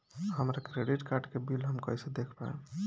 हमरा credit card के bill हम कइसे देख पाएम?